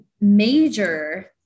major